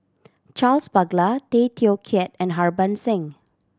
Charles Paglar Tay Teow Kiat and Harbans Singh